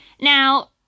Now